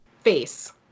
face